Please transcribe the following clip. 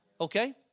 Okay